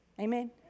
Amen